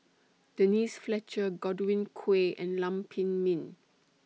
Denise Fletcher Godwin Koay and Lam Pin Min